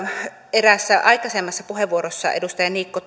eräässä aikaisemmassa puheenvuorossa edustaja niikko